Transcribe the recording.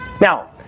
Now